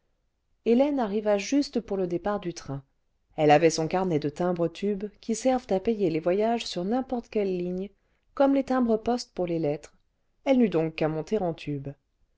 hélène arriva juste pour le départ du train elle avait son carnet de timbre tubes qui servent à payer les voyages sur n'importe quelle ligne comme les timbres poste pour les lettres elle n'eut donc qu'à monter en tube